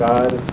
God